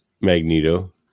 Magneto